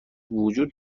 وجود